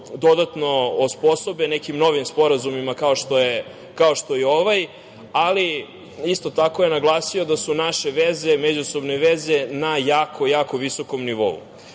dodatno osposobe nekim novim sporazumima kao što je ovaj, ali isto tako je naglasio da su naše veze međusobne veze na jako visokom nivou. Ruska